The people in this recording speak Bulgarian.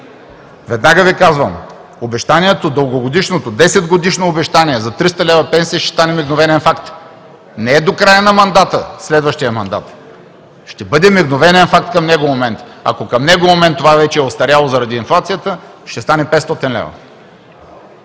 Веднага Ви казвам, дългогодишното обещание – десетгодишно обещание за 300 лв. пенсия, ще стане мигновен факт. Не до края на мандата, следващият мандат ще бъде мигновен факт към него момент. Ако към него момент това вече е остаряло, заради инфлацията ще стане 500 лв.